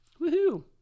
woohoo